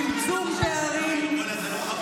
צמצום פערים,